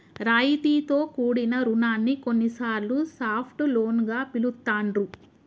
రాయితీతో కూడిన రుణాన్ని కొన్నిసార్లు సాఫ్ట్ లోన్ గా పిలుత్తాండ్రు